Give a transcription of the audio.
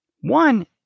One